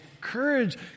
courage